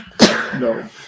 No